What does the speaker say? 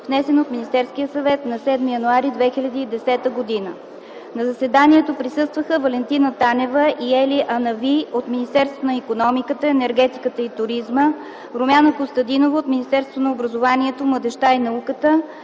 внесен от Министерския съвет на 7 януари 2010 г. На заседанието присъстваха: Валентина Танева и Ели Анави от Министерството на икономиката, енергетиката и туризма, Румяна Костадинова от Министерството на образованието, младежта и науката